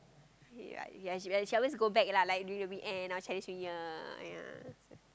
ya ya she always she always go back lah like during the weekend or Chinese New Year weekend ya